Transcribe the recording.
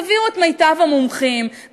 תביאו את מיטב המומחים,